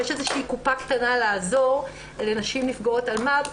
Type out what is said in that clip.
יש איזושהי קופה קטנה לעזור לנשים נפגעות אלמ"ב.